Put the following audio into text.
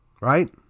right